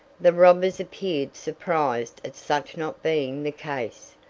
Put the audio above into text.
the robbers appeared surprised at such not being the case,